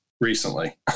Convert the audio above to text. recently